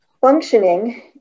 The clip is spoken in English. functioning